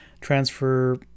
transfer